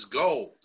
gold